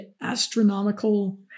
astronomical